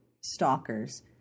stalkers